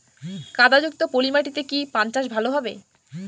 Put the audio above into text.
কাদা যুক্ত পলি মাটিতে কি পান চাষ ভালো হবে?